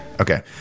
okay